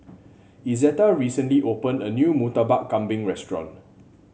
Izetta recently opened a new Murtabak Kambing restaurant